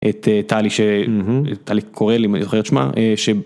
את טלי ש.. קורל, אם אני זוכר את שמה.